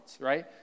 right